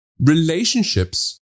relationships